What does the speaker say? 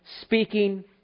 speaking